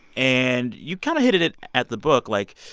and you kind of hit it it at the book. like,